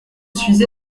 suis